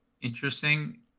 interesting